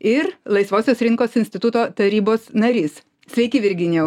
ir laisvosios rinkos instituto tarybos narys sveiki virginijau